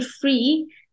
free